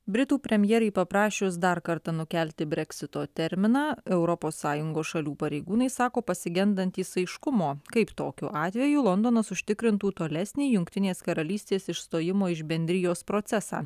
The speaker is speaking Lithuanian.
britų premjerei paprašius dar kartą nukelti breksito terminą europos sąjungos šalių pareigūnai sako pasigendantys aiškumo kaip tokiu atveju londonas užtikrintų tolesnį jungtinės karalystės išstojimo iš bendrijos procesą